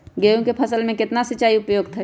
गेंहू के फसल में केतना सिंचाई उपयुक्त हाइ?